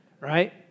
right